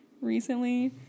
recently